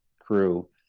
crew